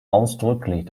ausdrücklich